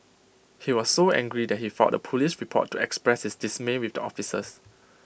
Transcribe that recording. he was so angry that he thought the Police report to express his dismay with the officers